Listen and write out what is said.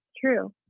true